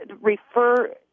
refer